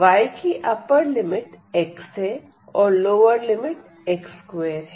y की upper limit x है और लोअर लिमिट x2 है